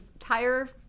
entire